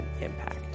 impact